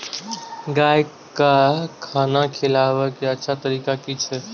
गाय का खाना खिलाबे के अच्छा तरीका की छे?